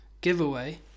giveaway